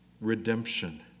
redemption